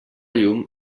llum